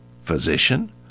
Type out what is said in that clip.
physician